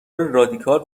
رادیکال